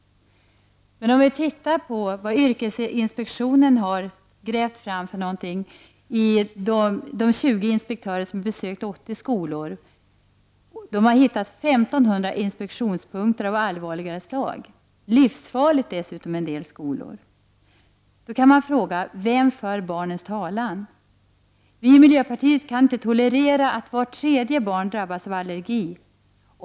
20 inspektörer från yrkesinspektionen i Stockholm, som besökt 80 skolor, har hittat 1 500 inspektionspunkter av allvarligare slag. I en del skolor är miljön t.o.m. livsfarlig. Man kan då fråga: Vem för barnens talan? Vi i miljöpartiet kan inte tolerera att vart tredje barn drabbas av allergier.